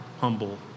humble